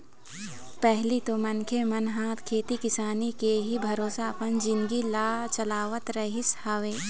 पहिली तो मनखे मन ह खेती किसानी के ही भरोसा अपन जिनगी ल चलावत रहिस हवय